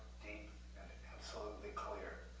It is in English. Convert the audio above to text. deep and absolutely clear.